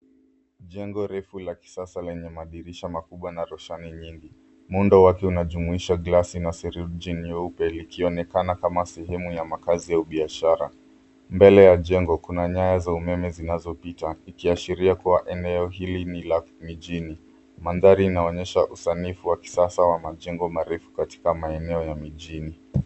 Jengo refu la kisasa lenye madirisha makubwa na roshani nyingi. Muundo wake unajumuisha glasi na saruji nyeupe likionekana kama sehemu ya makazi ya ubiashara. Mbele ya jengo kuna nyaya za umeme zinazopita ikiashiria kuwa eneo hili ni la mijini. Mandhari inaonyesha usanifu wa kisasa wa majengo marefu katika maeneo ya mijini.